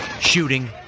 Shooting